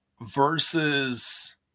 versus